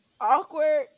awkward